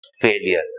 failure